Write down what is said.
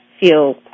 feel